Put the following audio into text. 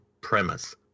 premise